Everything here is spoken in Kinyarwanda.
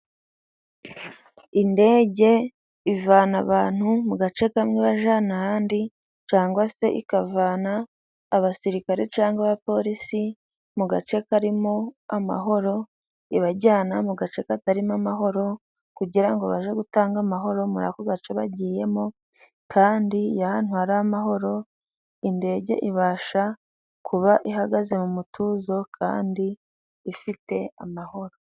Indege ivana abantu mu gace kamwe ibajana ahandi, cangwa se ikavana abasirikare cyangwa abapolisi mu gace karimo amahoro, ibajyana mu gace katarimo amahoro, kugira ngo baje gutanga amahoro muri ako gace bagiyemo. Kandi iyo ahantu hari amahoro, indege ibasha kuba ihagaze mu mutuzo kandi ifite amahoro.